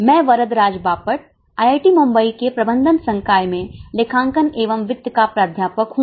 मैं वरदराज बापट आईआईटी मुंबई के प्रबंधन संकाय में लेखांकन एवं वित्त का प्राध्यापक हूं